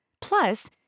Plus